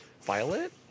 violet